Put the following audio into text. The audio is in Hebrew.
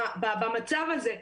במצב הזה,